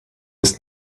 ist